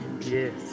Yes